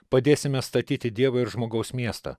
padėsime statyti dievo ir žmogaus miestą